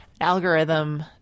algorithm-